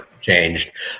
changed